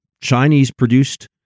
chinese-produced